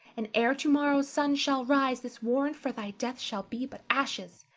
and ere to-morrow's sun shall rise this warrant for thy death shall be but ashes,